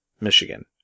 Michigan